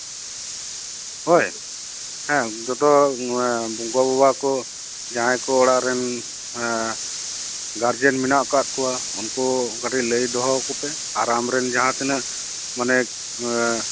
ᱦᱳᱭ ᱡᱚᱛᱚ ᱜᱚ ᱵᱟᱵᱟ ᱠᱚ ᱡᱟᱦᱟᱸᱭ ᱠᱚ ᱚᱲᱟᱜ ᱨᱮᱱ ᱜᱟᱨᱡᱮᱱ ᱢᱮᱱᱟᱜ ᱟᱠᱟᱫ ᱠᱚᱣᱟ ᱩᱱᱠᱩ ᱠᱹᱴᱤᱡ ᱞᱟᱹᱭ ᱫᱚᱦᱚᱣᱟᱠᱚᱯᱮ ᱟᱨ ᱟᱢᱨᱮᱱ ᱡᱟᱦᱟᱸ ᱛᱤᱱᱟᱹᱜ ᱢᱟᱱᱮ